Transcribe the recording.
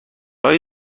های